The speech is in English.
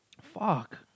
fuck